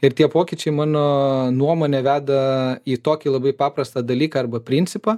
ir tie pokyčiai mano nuomone veda į tokį labai paprastą dalyką arba principą